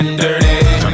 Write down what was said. dirty